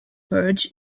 purge